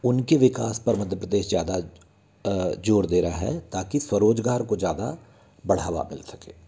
उनके विकास पर मध्य प्रदेश ज़्यादा ज़ोर दे रहा है ताकि स्वरोज़गार को ज़्यादा बढ़ावा मिल सके